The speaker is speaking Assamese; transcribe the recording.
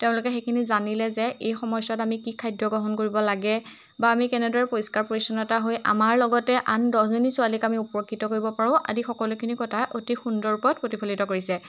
তেওঁলোকে সেইখিনি জানিলে যে এই সময়ছোৱাত আমি কি খাদ্য গ্ৰহণ কৰিব লাগে বা আমি কেনেদৰে পৰিষ্কাৰ পৰিচ্ছন্নতা হৈ আমাৰ লগতে আন দহজনী ছোৱালীক আমি উপকৃত কৰিব পাৰোঁ আদি সকলোখিনি কথা অতি সুন্দৰ ওপৰত প্ৰতিফলিত কৰিছে